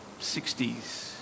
60s